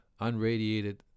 unradiated